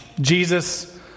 Jesus